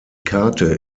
karte